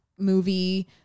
movie